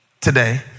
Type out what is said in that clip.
today